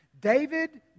David